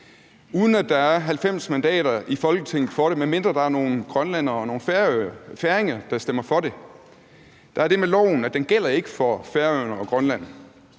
uden at der er 90 mandater i Folketinget for det, medmindre der er nogle grønlændere og nogle færinger, der stemmer for det. Der er det med loven, at den ikke gælder for Færøerne og Grønland,